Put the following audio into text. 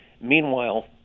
Meanwhile